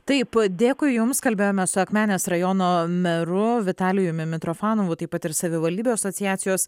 taip dėkui jums kalbėjome su akmenės rajono meru vitalijumi mitrofanovu taip pat ir savivaldybių asociacijos